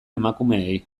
emakumeei